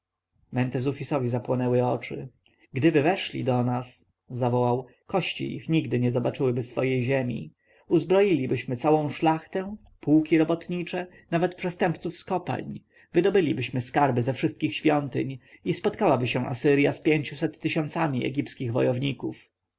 mentezufisowi zapłonęły oczy gdyby weszli do nas zawołał kości ich nigdy nie zobaczyłyby swej ziemi uzbroilibyśmy całą szlachtę pułki robotnicze nawet przestępców z kopalń wydobylibyśmy skarby ze wszystkich świątyń i spotkałaby się asyrja z pięciuset tysiącami egipskich wojowników